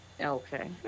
Okay